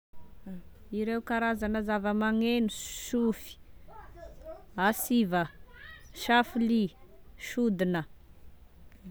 Ireo karazagna zava-magneno sofy: asiva, safily, sodina